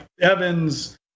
Evans